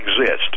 exist